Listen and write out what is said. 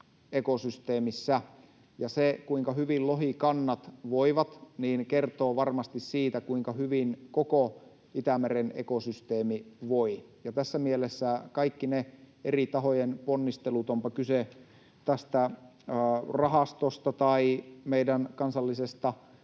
se, kuinka hyvin lohikannat voivat, kertoo varmasti siitä, kuinka hyvin koko Itämeren ekosysteemi voi. Tässä mielessä kaikkien eri tahojen ponnistelujen — onpa kyse tästä rahastosta tai meidän kansallisesta